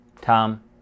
Tom